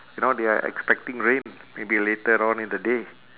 you know they're expecting rain maybe later on in the day